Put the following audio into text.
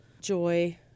joy